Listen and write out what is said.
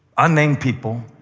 unnamed people,